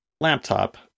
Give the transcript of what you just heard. Laptop